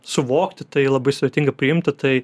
suvokti tai labai svetingai priimti tai